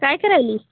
काय करायली